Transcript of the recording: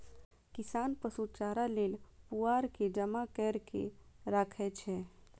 किसान पशु चारा लेल पुआर के जमा कैर के राखै छै